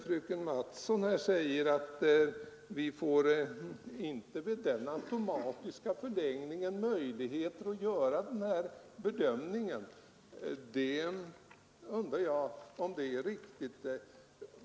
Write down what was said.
Fröken Mattson säger att vi inte vid den automatiska förlängningen får möjligheter att göra den här bedömningen, men jag undrar om det är riktigt.